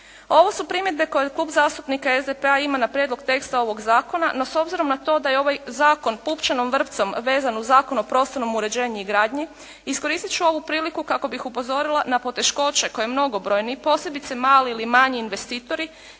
Ovo su primjedbe koje je Klub zastupnika SDP-a ima na prijedlog teksta ovog zakona. No, s obzirom na to da je ovaj zakon pupčanom vrpcom vezan uz Zakon o prostornom uređenju i gradnji iskoristit ću ovu priliku kako bih upozorila na poteškoće koje mnogobrojni posebice mali ili manji investitori